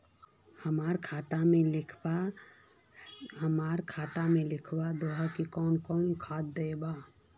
हमरा खाता में लिख दहु की कौन कौन खाद दबे?